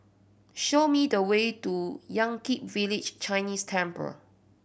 show me the way to Yan Kit Village Chinese Temple